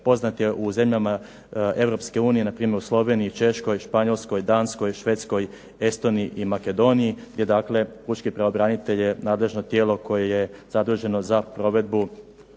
poznat je u zemljama Europske unije na primjer u Sloveniji, Češkoj, Slovačkoj, Danskoj, Švedskoj, Estoniji i Makedoniji te dakle, Pučki pravobranitelj je nadležno tijelo koje je zaduženo za provedbu